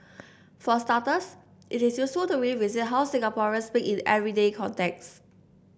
for starters it is useful to revisit how Singaporeans speak in everyday contexts